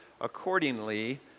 accordingly